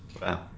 Wow